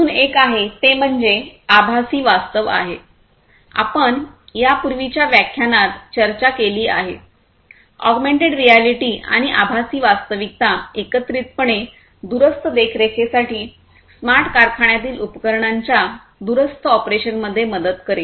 अजून एक आहे ते म्हणजे आभासी वास्तव आहे आपण यापूर्वीच्या व्याख्यानात चर्चा केली आहे ऑगमेन्टेड रियालिटी आणि आभासी वास्तविकता एकत्रितपणे दूरस्थ देखरेखीसाठी स्मार्ट कारखान्यातील उपकरणांच्या दूरस्थ ऑपरेशनमध्ये मदत करेल